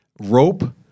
rope